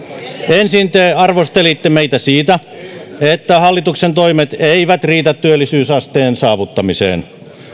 ensin te arvostelitte meitä siitä että hallituksen toimet eivät riitä työllisyysasteen saavuttamiseen